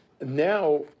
Now